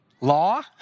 law